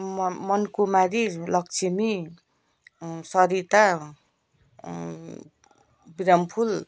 म मन कुमारी लक्ष्मी सरिता प्रियमफुल